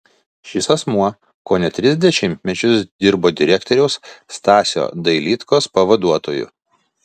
šis asmuo kone tris dešimtmečius dirbo direktoriaus stasio dailydkos pavaduotoju